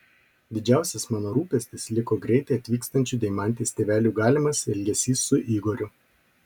didžiausias mano rūpestis liko greitai atvykstančių deimantės tėvelių galimas elgesys su igoriu